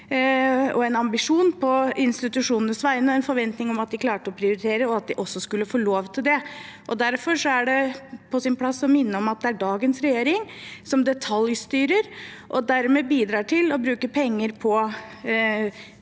og en forventning om at de klarte å prioritere, og at de også skulle få lov til det. Derfor er det på sin plass å minne om at det er dagens regjering som detaljstyrer og dermed bidrar til å bruke penger på